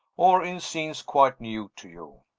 or in scenes quite new to you.